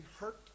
hurt